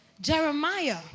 Jeremiah